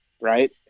right